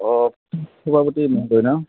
অঁ সভাপতি হয় ন